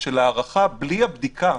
של ההארכה בלי הבדיקה.